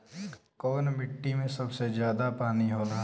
कौन मिट्टी मे सबसे ज्यादा पानी होला?